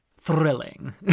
Thrilling